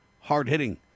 hard-hitting